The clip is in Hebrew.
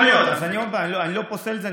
יכול להיות, אני לא פוסל את זה.